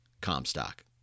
Comstock